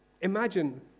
imagine